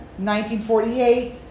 1948